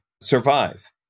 survive